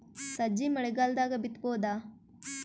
ಸಜ್ಜಿ ಮಳಿಗಾಲ್ ದಾಗ್ ಬಿತಬೋದ?